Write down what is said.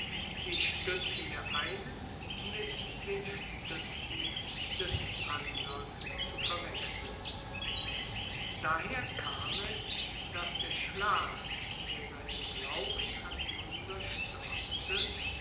die stützen der einen mit den stützen des andern zu verwechseln daher kam es daß der schlag der seinen glauben an wunder stürzte